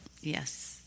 Yes